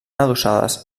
adossades